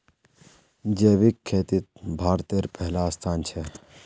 जैविक खेतित भारतेर पहला स्थान छे